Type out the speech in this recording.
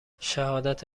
شهادت